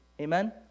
Amen